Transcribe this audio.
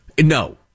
No